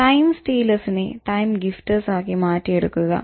"time stealers" നെ "time gifters" ആക്കി മാറ്റിയെടുക്കുക